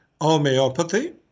homeopathy